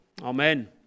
Amen